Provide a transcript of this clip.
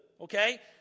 Okay